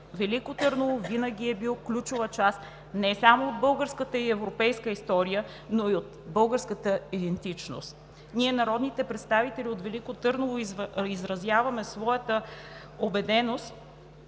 Велико Търново винаги е бил ключова част не само от българската и европейската история, но и от българската идентичност. Ние, народните представители от Велико Търново, изразяваме своята убеденост,